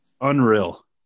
Unreal